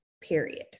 period